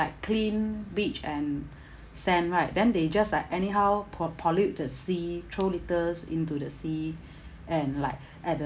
clean beach and sand right then they just like anyhow po~ pollute the sea throw litters into the sea and like at the